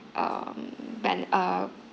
um ban uh